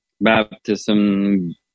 baptism